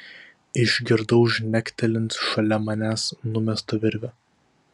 išgirdau žnektelint šalia manęs numestą virvę